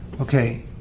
Okay